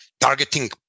targeting